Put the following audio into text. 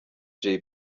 jay